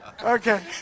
okay